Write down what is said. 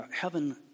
heaven